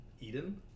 Eden